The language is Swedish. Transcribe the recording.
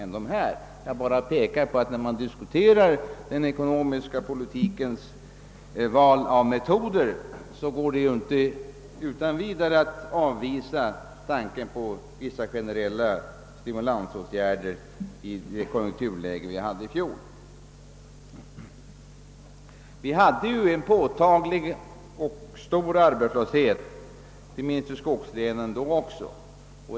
När man diskuterar den ekonomiska politikens metoder kan man inte utan vidare avvisa tanken på att vissa generella stimulansåtgärder hade varit berättigade i fjolårets konjunkturläge, Vi hade då också en påtaglig och stor arbetslöshet, inte minst i skogslänen.